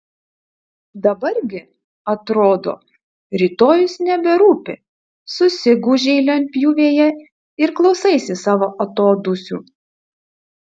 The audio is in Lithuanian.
dabar gi atrodo rytojus neberūpi susigūžei lentpjūvėje ir klausaisi savo atodūsių